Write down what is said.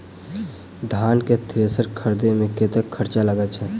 धान केँ थ्रेसर खरीदे मे कतेक खर्च लगय छैय?